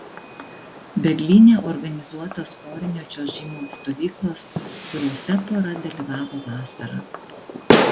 berlyne organizuotos porinio čiuožimo stovyklos kuriose pora dalyvavo vasarą